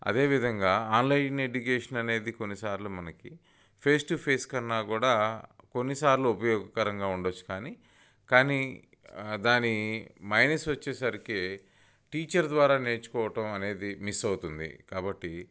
అదే విధంగా online education అనేది కొన్నిసార్లు మనకి ఫేస్ టూ ఫేస్ కన్నా కూడా కొన్నిసార్లు ఉపయోగకరంగా ఉండొచ్చు కానీ కానీ దాని మైనస్ వచ్చేసరికి టీచర్ ద్వారా నేర్చుకోవటం అనేది మిస్ అవుతుంది కాబట్టి